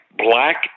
black